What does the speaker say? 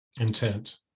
Intent